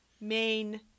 main